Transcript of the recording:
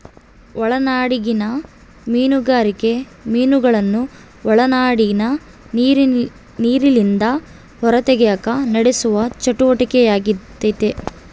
ಒಳನಾಡಿಗಿನ ಮೀನುಗಾರಿಕೆ ಮೀನುಗಳನ್ನು ಒಳನಾಡಿನ ನೀರಿಲಿಂದ ಹೊರತೆಗೆಕ ನಡೆಸುವ ಚಟುವಟಿಕೆಯಾಗೆತೆ